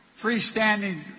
freestanding